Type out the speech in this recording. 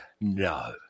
no